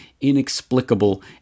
inexplicable